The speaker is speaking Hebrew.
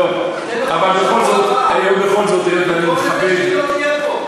בוא נעשה שהיא לא תהיה פה.